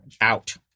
Out